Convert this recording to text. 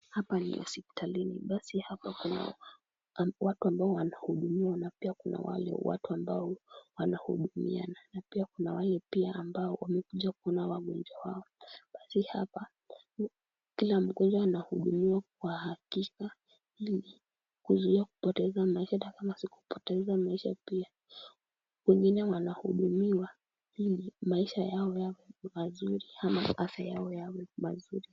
Hapa ni hosipitalini. Basi hapa kuna watu ambao wanahudumiwa na pia kuna wale watu ambao wanahudumiana. Na pia kuna wale pia ambao wamekuja kuona wagonjwa wao. Kwa ajili hapa kila mgonjwa anahudumiwa kwa hakika ili kuzuia kupata hizo mashida aweze kupoteza maisha pia. Wengine wanahudumiwa ili maisha yao yawe mazuri ama afya yao yawe mazuri.